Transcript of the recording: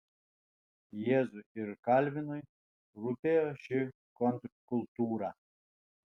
jėzui ir kalvinui rūpėjo ši kontrkultūra